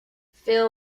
phil